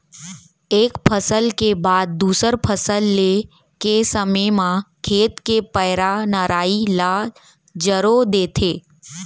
एक फसल के बाद दूसर फसल ले के समे म खेत के पैरा, नराई ल जरो देथे